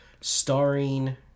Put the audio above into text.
Starring